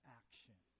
action